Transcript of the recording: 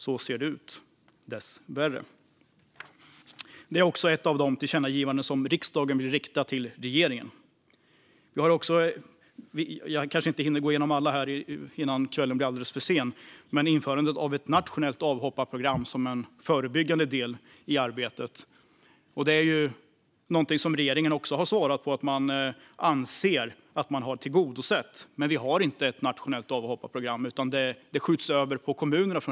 Så ser det dessvärre ut. Ett av de tillkännagivanden som riksdagen vill rikta till regeringen gäller detta. Jag hinner kanske inte gå igenom allt innan kvällen blir alltför sen, men vi har också införandet av ett nationellt avhopparprogram som en förebyggande del i arbetet. Regeringen har svarat att man anser att man har tillgodosett detta. Men vi har inte ett nationellt avhopparprogram, utan det skjuter regeringen över på kommunerna.